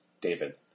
David